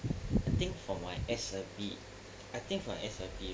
I think for my S_I_P I think my S_I_P